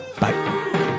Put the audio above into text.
bye